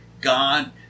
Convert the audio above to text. God